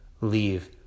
leave